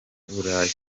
burayi